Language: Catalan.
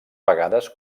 vegades